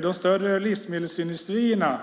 De större livsmedelsindustrierna